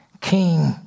King